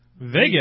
Vegas